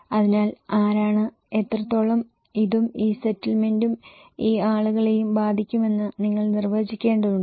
അതിനാൽ ആരാണ് എത്രത്തോളം ഇതും ഈ സെറ്റിൽമെന്റും ഈ ആളുകളെയും ബാധിക്കുമെന്ന് നിങ്ങൾ നിർവചിക്കേണ്ടതുണ്ട്